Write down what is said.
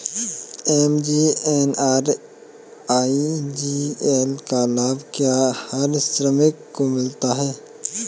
MGNREGA का लाभ क्या हर श्रमिक को मिलता है?